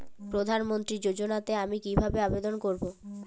প্রধান মন্ত্রী যোজনাতে আমি কিভাবে আবেদন করবো?